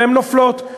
והן נופלות.